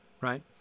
Right